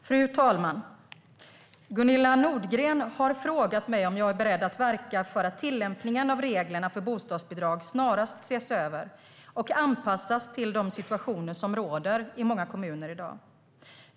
Fru talman! Gunilla Nordgren har frågat mig om jag är beredd att verka för att tillämpningen av reglerna för bostadsbidrag snarast ses över och anpassas till de situationer som råder i många kommuner i dag.